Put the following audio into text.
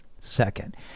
Second